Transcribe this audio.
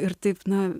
ir taip na